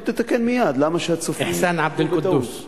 תתקן מייד, למה שהצופים, אחסאן עבד-אלקודוס.